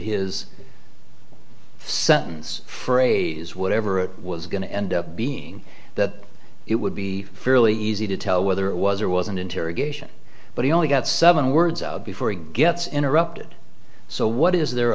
his sentence phrase whatever it was going to end up being that it would be fairly easy to tell whether it was or wasn't interrogation but he only got seven words out before he gets interrupted so what is there